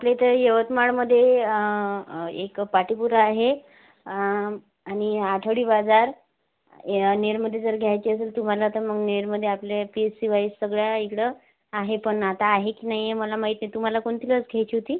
आपल्या इथे यवतमाळमध्ये एक पाटीपुरा आहे आणि आठवडी बाजार ए नेरमध्ये जर घ्यायचे असेल तुम्हाला तर मग नेरमध्ये आपले पी एस सी वाईज सगळ्या इकडं आहे पण आता आहे की नाही हे मला माहीत नही तुम्हाला कोणती लस घ्यायची होती